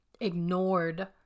ignored